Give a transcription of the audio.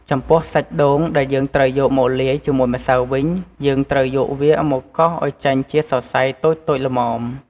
ចំពោះសាច់ដូងដែលយើងត្រូវយកមកលាយជាមួយម្សៅវិញ យើងត្រូវយកវាមកកោសឱ្យចេញជាសរសៃតូចៗល្មម។